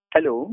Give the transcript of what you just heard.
Hello